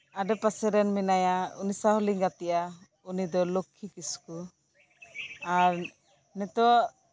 ᱟᱞᱮ ᱯᱟᱥᱮᱨᱮᱱ ᱢᱮᱱᱟᱭᱟ ᱩᱱᱤ ᱥᱟᱶ ᱦᱚᱸ ᱞᱤᱝ ᱜᱟᱛᱮᱜᱼᱟ ᱩᱱᱤ ᱫᱚ ᱞᱚᱠᱠᱷᱤ ᱠᱤᱥᱠᱩ ᱟᱨ ᱱᱤᱛᱟᱹᱜ